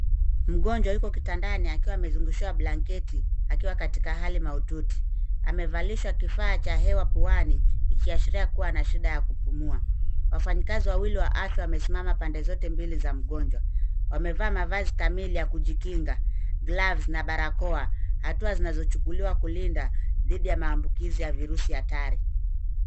Mgonjwa yuko kitandani akiwa amezungushiwa blanketi akiwa katika hali mahututi. Amevalishwa kifaa cha hewa puani ikiashiria kuwa ana shida ya kupumua. Wafanyakazi wawili wa afya wamesimama pande zote mbili za mgonjwa. Wamevaa mavazi kamili ya kujikinga, gloves na barakoa, hatua zinazochukuliwa kulinda dhidi ya maambukizi ya virusi hatari.